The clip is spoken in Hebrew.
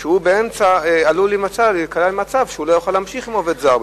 שהוא באמצע עלול להיקלע למצב שהוא לא יוכל להמשיך עם העובד הזר.